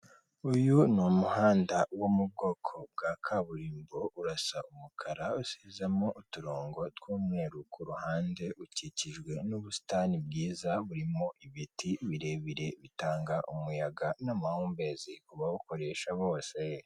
Uyu ni umuhanda wo mu bwoko bwa kaburimbo urasa umukara, usizemo uturongo tw'umweru kuhande, ukikijwe n'ubusitani bwiza burimo ibiti birebire bitanga umuyaga n'amahumbezi bawukoresha bose.